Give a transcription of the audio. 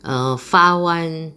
err far [one]